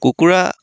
কুকুৰা